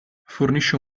fornisce